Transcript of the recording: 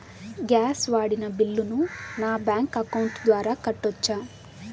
Gas వాడిన బిల్లును నా బ్యాంకు అకౌంట్ ద్వారా కట్టొచ్చా?